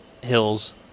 hills